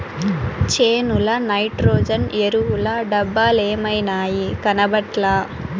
చేనుల నైట్రోజన్ ఎరువుల డబ్బలేమైనాయి, కనబట్లా